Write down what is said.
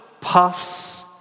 puffs